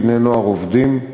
"בני-נוער עובדים",